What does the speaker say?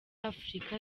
afurika